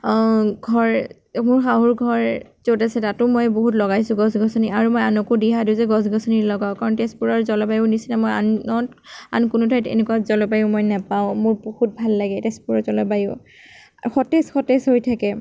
ঘৰ মোৰ শাহুৰ ঘৰ য'ত আছে তাতো মই বহুত লগাইছোঁ গছ গছনি আৰু মই আনকো দিহা দিওঁ যে গছ গছনি লগাওঁক কাৰণ তেজপুৰৰ জলবায়ুৰ নিচিনা মই আনত আন কোনো ঠাইতে এনেকুৱা জলবায়ু মই নেপাওঁ মোৰ বহুত ভাল লাগে তেজপুৰৰ জলবায়ু সতেজ সতেজ হৈ থাকে